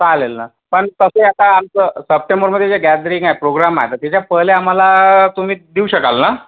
चालेल ना पण तसे आता आमचं सप्टेंबरमध्ये जे गॅदरिंग आहे प्रोग्राम आहे तर त्याच्या पहिले आम्हाला तुम्ही देऊ शकाल ना